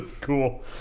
cool